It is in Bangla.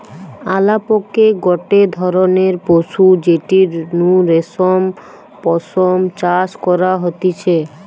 আলাপকে গটে ধরণের পশু যেটির নু রেশম পশম চাষ করা হতিছে